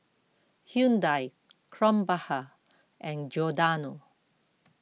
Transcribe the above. Hyundai Krombacher and Giordano